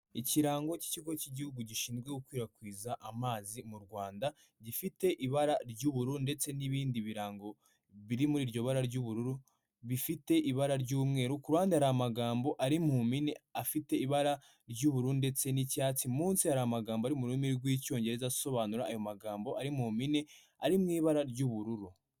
Ikirango cy'ikigo cy'igihugu gishinzwe gukwirakwiza amazi mu rwanda gifite ibara ry'ubururu ndetse n'ibindi birango biri muri iryo bara ry'ubururu bifite ibara ry'umweru, kuruhande hari amagambo ari mu mpine afite ibara ry'ubururu ndetse n'icyatsi munsi hari amagambo ari mu rurimi rw'icyongereza asobanura ayo magambo ari mu mpine ari mu ibara ry'ubururu.